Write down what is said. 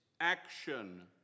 Action